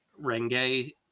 Renge